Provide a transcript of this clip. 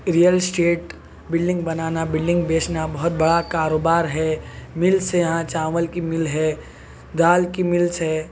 rail estate building بنانا building بیچنا بہت بڑا کاروبار ہے ملس ہے یہاں چاول کی مل ہے دال کی ملس ہے